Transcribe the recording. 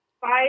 five